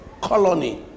colony